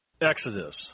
Exodus